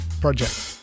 Project